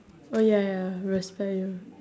oh ya ya respect you